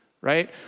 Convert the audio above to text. right